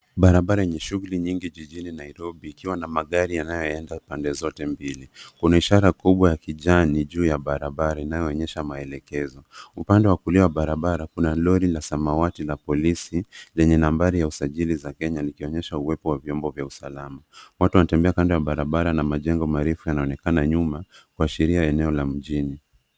Barabara yenye shughuli nyingi jijini Nairobi ikiwa na magari yanayoenda pande zote mbili. Kuna ishara kubwa ya kijani juu ya barabara inayoonyesha maelekezo. Upande wa kulia wa barabara, kuna lori la samawati la polisi lenye nambari ya usajili za Kenya likionyesha uwepo wa vyombo vya usalama. Watu wanatembea kando ya barabara na majengo marefu yanaonekana nyuma kuashiria eneo la mjini.